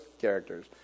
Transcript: characters